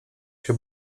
się